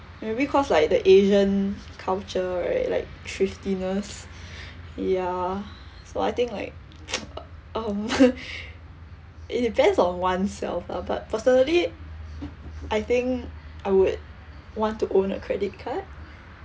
maybe cause like the asian culture right like thriftiness ya so I think like um it depends on oneself lah but personally I think I would want to own a credit card